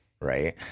Right